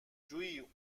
جویی